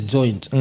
Joint